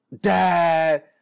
dad